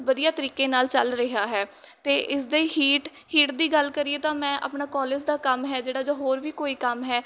ਵਧੀਆ ਤਰੀਕੇ ਨਾਲ ਚੱਲ ਰਿਹਾ ਹੈ ਅਤੇ ਇਸਦੇ ਹੀਟ ਹੀਟ ਦੀ ਗੱਲ ਕਰੀਏ ਤਾਂ ਮੈਂ ਆਪਣਾ ਕਾਲਜ ਦਾ ਕੰਮ ਹੈ ਜਿਹੜਾ ਜੋ ਹੋਰ ਵੀ ਕੋਈ ਕੰਮ ਹੈ